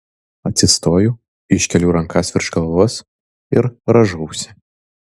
atsistoju iškeliu rankas virš galvos ir rąžausi